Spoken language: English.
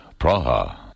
Praha